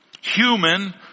human